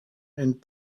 and